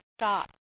stop